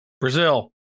Brazil